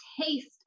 taste